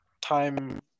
Time